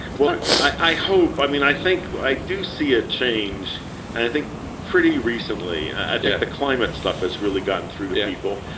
well, i hope, i mean, i think i do see a change and i think pretty recently, i think the climate stuff has really gotten through to people.